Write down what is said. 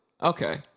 Okay